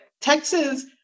Texas